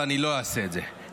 ואני לא אעשה את זה.